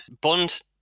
Bond